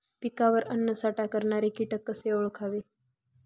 पिकावर अन्नसाठा करणारे किटक कसे ओळखावे?